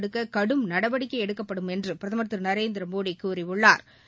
தடுக்க கடும் நடவடிக்கை எடுக்கப்படும் என்று பிரதமா் திரு நரேந்திமோடி கூறியுள்ளாா்